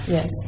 Yes